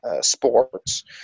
sports